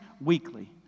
weekly